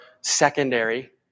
secondary